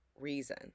reason